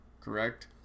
Correct